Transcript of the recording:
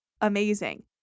amazing